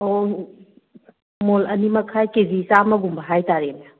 ꯑꯣ ꯃꯣꯜ ꯑꯅꯤꯃꯈꯥꯏ ꯀꯦꯖꯤ ꯆꯥꯝꯃꯒꯨꯝꯕ ꯍꯥꯏ ꯇꯥꯔꯦꯅꯦ